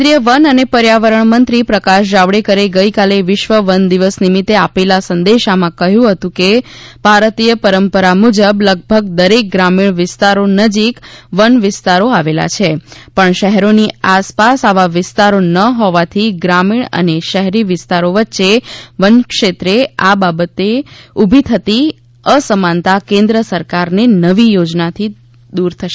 કેન્દ્રિય વન અને પર્યાવરણ મંત્રી પ્રકાશ જાવડેકરે ગઈકાલે વિશ્વ વન દિવસ નિમિત્તે આપેલા સંદેશામાં કહ્યું હતું કે ભારતીય પરંપરા મુજબ લગભગ દરેક ગ્રામીણ વિસ્તારો નજીક વન વિસ્તારો આવેલા છે પણ શહેરોની આસપાસ આવા વિસ્તારો ન હોવાથી ગ્રામીણ અને શહેરી વિસ્તારો વચ્ચે વન ક્ષેત્રે આ બાબતે ઉભી થતી અસમાનતા કેન્દ્ર સરકારની નવી યોજનાથી દૂર થશે